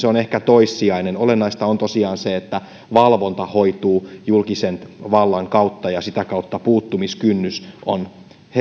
on ehkä toissijainen olennaista on tosiaan se että valvonta hoituu julkisen vallan kautta ja sitä kautta puuttumiskynnys on